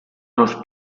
los